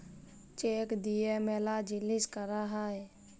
check দিয়া ম্যালা জিলিস ক্যরা হ্যয়ে